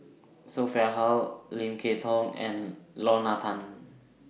Sophia Hull Lim Kay Tong and Lorna Tan